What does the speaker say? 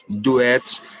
duets